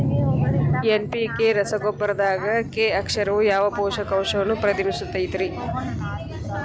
NPK ರಸಗೊಬ್ಬರದಾಗ K ಅಕ್ಷರವು ಯಾವ ಪೋಷಕಾಂಶವನ್ನ ಪ್ರತಿನಿಧಿಸುತೈತ್ರಿ?